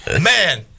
man